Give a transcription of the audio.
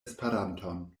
esperanton